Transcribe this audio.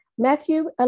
Matthew